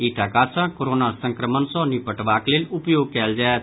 इ टाका सँ कोरोना संक्रमण सँ निपटबाक लेल उपयोग कयल जायत